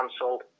cancelled